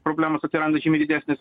problemos atsiranda žymiai didesnės